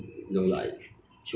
have fast